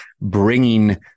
bringing